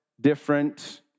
different